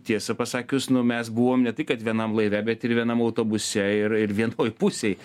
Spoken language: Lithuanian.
tiesą pasakius nu mes buvom ne tai kad vienam laive bet ir vienam autobuse ir ir vienoj pusėj